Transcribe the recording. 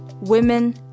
Women